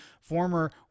former